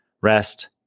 rest